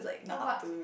no but